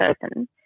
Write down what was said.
person